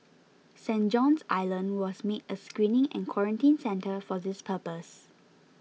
Saint John's Island was made a screening and quarantine centre for this purpose